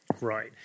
Right